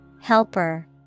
Helper